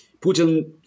Putin